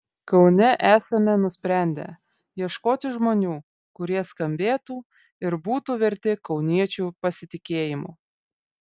kaune esame nusprendę ieškoti žmonių kurie skambėtų ir būtų verti kauniečių pasitikėjimo